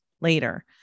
later